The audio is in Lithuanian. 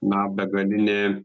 na begalinį